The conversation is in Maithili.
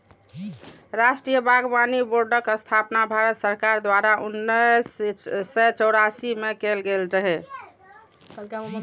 राष्ट्रीय बागबानी बोर्डक स्थापना भारत सरकार द्वारा उन्नैस सय चौरासी मे कैल गेल रहै